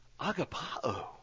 agapao